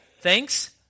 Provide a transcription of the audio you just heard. Thanks